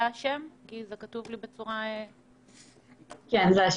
דנה,